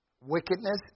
Wickedness